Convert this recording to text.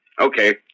Okay